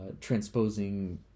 transposing